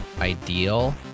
ideal